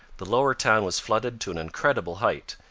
the lower town was flooded to an incredible height,